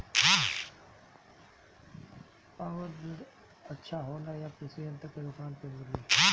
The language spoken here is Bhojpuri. पॉवर वीडर अच्छा होला यह कृषि यंत्र के दुकान पर मिली?